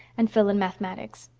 and phil in mathematics.